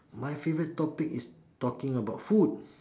my favourite topic is talking about food